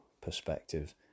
perspective